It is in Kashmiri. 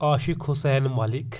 عاشِق حُسین ملِک